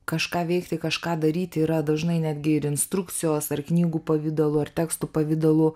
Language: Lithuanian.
kažką veikti kažką daryti yra dažnai netgi ir instrukcijos ar knygų pavidalu ar tekstų pavidalu